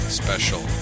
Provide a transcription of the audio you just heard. special